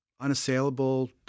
unassailable